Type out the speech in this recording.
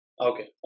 okay